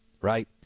right